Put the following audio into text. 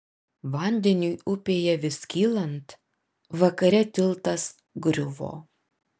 vandeniui upėje vis kylant vakare tiltas griuvo